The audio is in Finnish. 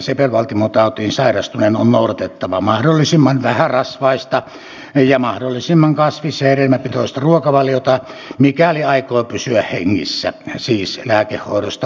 sepelvaltimotautiin sairastuneen on noudatettava mahdollisimman vähärasvaista ja mahdollisimman kasvis ja hedelmäpitoista ruokavaliota mikäli aikoo pysyä hengissä siis lääkehoidosta huolimatta